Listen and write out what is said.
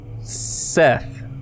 Seth